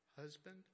husband